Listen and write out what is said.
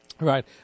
Right